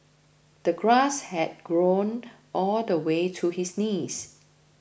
the grass had grown all the way to his knees